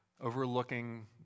overlooking